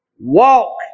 walk